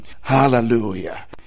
hallelujah